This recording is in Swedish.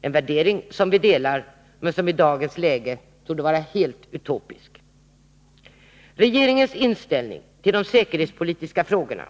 Det är en värdering som vi delar men som i dagens läge torde vara helt utopisk. Regeringens inställning till de säkerhetspolitiska frågorna